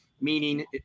meaning